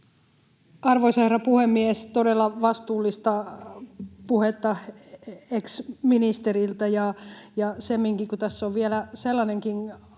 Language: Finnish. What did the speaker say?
Arvoisa herra puhemies! Todella vastuullista puhetta ex-ministeriltä,